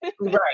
Right